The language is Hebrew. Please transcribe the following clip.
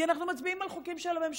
כי אנחנו מצביעים על חוקים של הממשלה.